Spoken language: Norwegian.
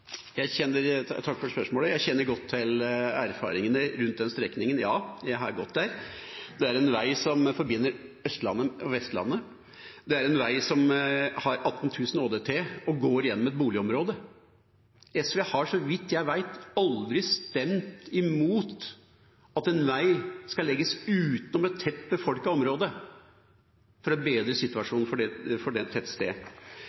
for spørsmålet. Ja, jeg kjenner godt til erfaringene rundt den strekningen, jeg har gått der. Det er en vei som forbinder Østlandet og Vestlandet. Det er en vei som har 18 000 ÅDT og går gjennom et boligområde. SV har så vidt jeg vet aldri stemt mot at en vei skal legges utenom et tett befolket område for å bedre